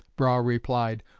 brough replied,